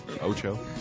Ocho